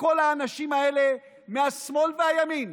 וכל האנשים האלה, מהשמאל והימין,